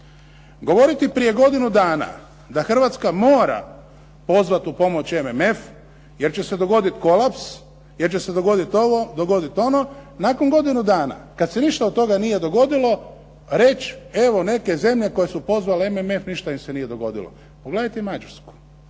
Govoriti prije godinu dana da Hrvatska mora pozvat upomoć MMF jer će se dogodit kolaps, jer će se dogodit ovo, dogodit ono, nakon godinu dana kad se ništa od toga nije dogodilo reći evo neke zemlje koje su pozvale MMF ništa im se nije dogodilo. Pogledajte i Mađarsku,